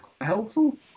helpful